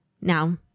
Now